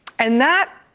and that.